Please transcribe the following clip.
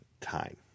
time